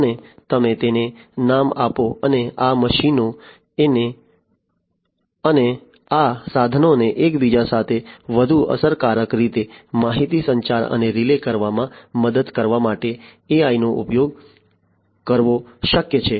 અને તમે તેને નામ આપો અને આ મશીનો અને આ સાધનોને એક બીજા સાથે વધુ અસરકારક રીતે માહિતી સંચાર અને રિલે કરવામાં મદદ કરવા માટે AI નો ઉપયોગ કરવો શક્ય છે